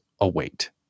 await